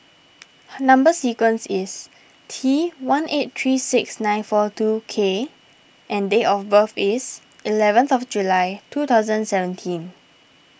Number Sequence is T one eight three six nine four two K and date of birth is eleventh of July two thousand seventeen